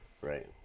right